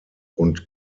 und